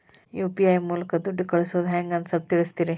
UPI ಮೂಲಕ ದುಡ್ಡು ಕಳಿಸೋದ ಹೆಂಗ್ ಅಂತ ಸ್ವಲ್ಪ ತಿಳಿಸ್ತೇರ?